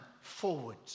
forward